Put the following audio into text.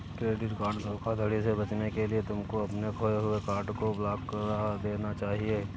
credit card धोखाधड़ी से बचने के लिए तुमको अपने खोए हुए कार्ड को ब्लॉक करा देना चाहिए